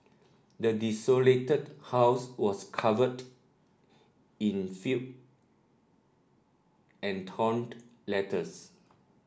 the desolated house was covered in fill and torn letters